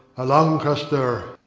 a lancaster.